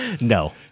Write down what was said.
No